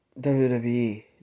WWE